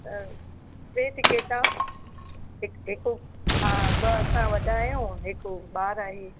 त टे टिकेटा हिकु हिकु हा ॿ असां वॾा आहियूं हिकु ॿार आहे